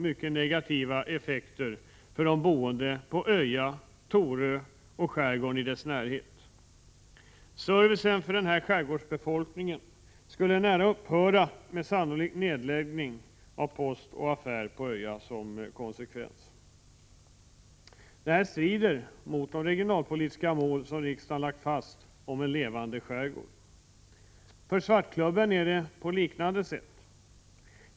mycket negativa effekter för de boende på Öja, Torö och i skärgården i dess närhet. Servicen för denna skärgårdsbefolkning skulle närapå upphöra med sannolik nedläggning av post och affär på Öja som konsekvens. Detta strider mot de regionalpolitiska mål som riksdagen lagt fast om ”en levande skärgård”. För Svartklubben är det på liknande sätt.